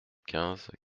quinze